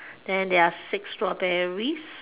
then there are six strawberries